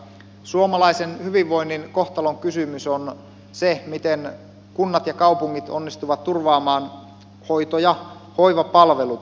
suomalaisen hyvinvoinnin kohtalonkysymys on se miten kunnat ja kaupungit onnistuvat turvaamaan hoito ja hoivapalvelut